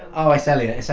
oh, it's elliot.